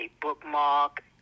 bookmark